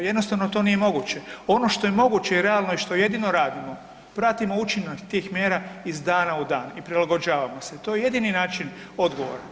Jednostavno to nije moguće, ono što je moguće i realno i što jedino radimo, pratimo učinak tih mjera iz dana u dan i prilagođavamo se, to je jedini način odgovora.